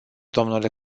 dle